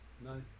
No